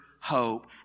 hope